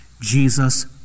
Jesus